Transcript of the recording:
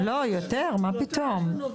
לא, יותר, מה פתאום.